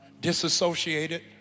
disassociated